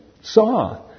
saw